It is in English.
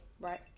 right